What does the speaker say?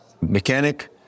mechanic